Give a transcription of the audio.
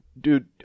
Dude